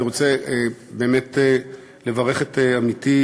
אני מאפשר לו לדבר למרות שאני